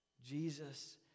Jesus